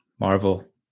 Marvel